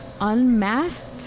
unmasked